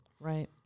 Right